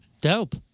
Dope